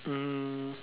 um